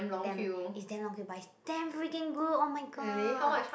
damn it's damn long queue but it's damn freaking good oh-my-god